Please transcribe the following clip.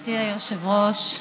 גברתי היושבת-ראש,